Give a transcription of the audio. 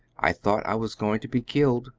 i thought i was going to be killed,